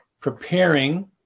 Preparing